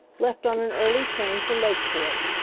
left on an early train for lakeport,